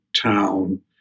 Town